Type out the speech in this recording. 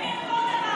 מושחתים.